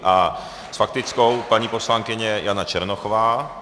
A s faktickou paní poslankyně Jana Černochová.